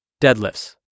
deadlifts